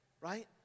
right